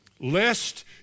Lest